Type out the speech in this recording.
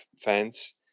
fans